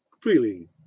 freely